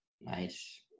Nice